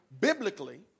biblically